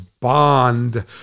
bond